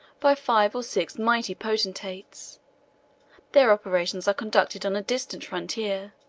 by five or six mighty potentates their operations are conducted on a distant frontier,